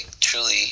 truly